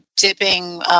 dipping